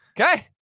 okay